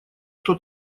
кто